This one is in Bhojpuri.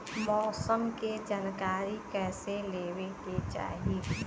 मौसम के जानकारी कईसे लेवे के चाही?